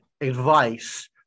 advice